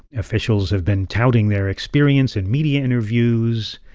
officials have been touting their experience in media interviews,